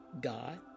God